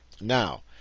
Now